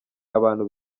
abantu